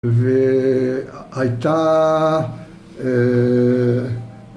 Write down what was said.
והייתה אההה